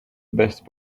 best